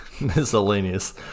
Miscellaneous